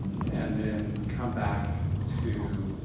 and then come back to